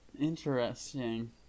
Interesting